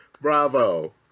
Bravo